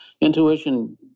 intuition